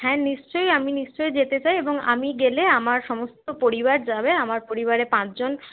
হ্যাঁ নিশ্চয়ই আমি নিশ্চয়ই যেতে চাই এবং আমি গেলে আমার সমস্ত পরিবার যাবে আমার পরিবারে পাঁচজন